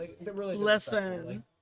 listen